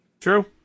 True